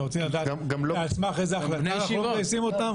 אתה רוצה לדעת על סמך איזו החלטה אנחנו לא מגייסים אותם?